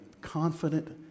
confident